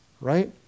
right